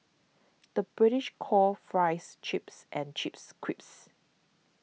the British calls Fries Chips and chips crips